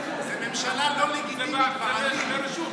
ממשלה לא לגיטימית בעליל.